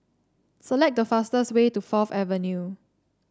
select the fastest way to Fourth Avenue